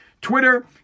Twitter